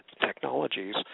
technologies